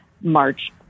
March